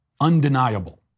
undeniable